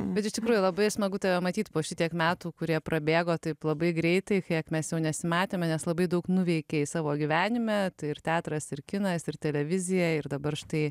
bet iš tikrųjų labai smagu tave matyt po šitiek metų kurie prabėgo taip labai greitai kiek mes jau nesimatėme nes labai daug nuveikei savo gyvenime tai ir teatras ir kinais ir televizija ir dabar štai